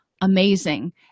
amazing